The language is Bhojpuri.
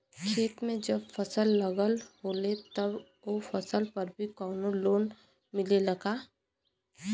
खेत में जब फसल लगल होले तब ओ फसल पर भी कौनो लोन मिलेला का?